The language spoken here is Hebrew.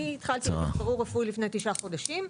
אני התחלתי טיפו לרפואי לפני תשעה חודשים,